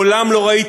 מהרב דרוקמן,